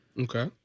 Okay